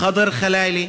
ח'דר ח'לאילה,